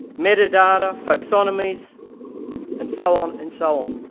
metadata, folksonomies and so on and so on.